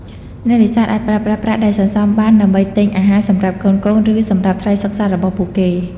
អ្នកនេសាទអាចប្រើប្រាស់ប្រាក់ដែលសន្សំបានដើម្បីទិញអាហារសម្រាប់កូនៗ ឬសម្រាប់ថ្លៃសិក្សារបស់ពួកគេ។